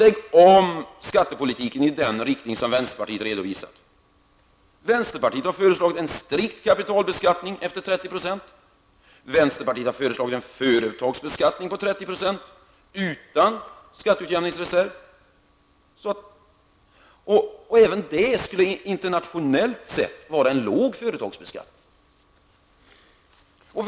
Lägg om skattekursen i den riktning som vänsterpartiet redovisat. Vänsterpartiet har föreslagit en strikt kapitalbeskattning efter 30 %. Vänsterpartiet har också föreslagit en företagsbeskattning på 30 % utan särskild skatteutjämningsreserv. Även det är en internationellt sett låg företagsbeskattning.